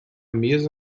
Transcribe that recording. mesa